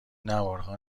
نوارها